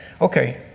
Okay